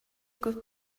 good